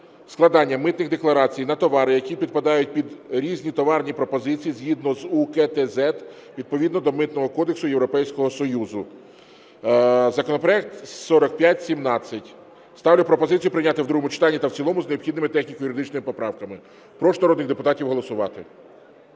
складання митних декларацій на товари, які підпадають під різні товарні підпозиції згідно з УКТЗЕД, відповідно до Митного кодексу Європейського Союзу. Законопроект 4517. Ставлю пропозицію прийняти в другому читанні та в цілому з необхідними техніко-юридичними поправками. Прошу народних депутатів голосувати.